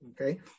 Okay